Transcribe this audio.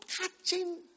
catching